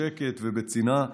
בשקט ובצנעה.